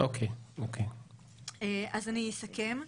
אני אסכם.